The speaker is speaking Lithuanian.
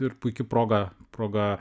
ir puiki proga proga